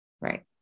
right